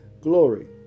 glory